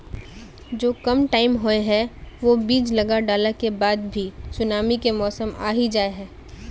जो कम टाइम होये है वो बीज लगा डाला के बाद भी सुनामी के मौसम आ ही जाय है?